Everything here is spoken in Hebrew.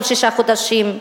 כל שישה חודשים.